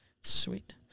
sweet